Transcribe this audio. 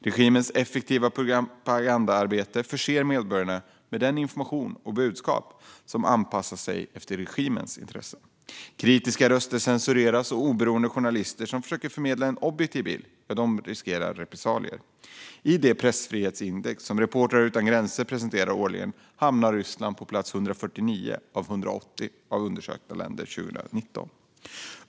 Regimens effektiva propagandaarbete förser medborgarna med den information och det budskap som anpassats efter regimens intressen. Kritiska röster censureras, och oberoende journalister som försöker förmedla en objektiv bild riskerar repressalier. I det pressfrihetsindex som Reportrar utan gränser presenterar årligen hamnar Ryssland på plats 149 av 180 undersökta länder 2019.